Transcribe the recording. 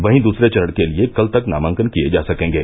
वहीं दूसरे चरण के लिए कल तक नामांकन किये जा सकेंगे